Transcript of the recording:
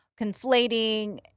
conflating